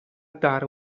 dare